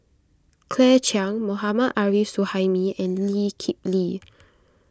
Claire Chiang Mohammad Arif Suhaimi and Lee Kip Lee